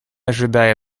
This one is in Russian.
ожидая